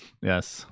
Yes